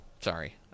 Sorry